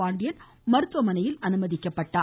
பாண்டியன் மருத்துவமனையில் அனுமதிக்கப்பட்டார்